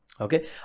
Okay